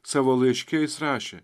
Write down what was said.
savo laiške jis rašė